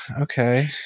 okay